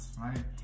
right